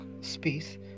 space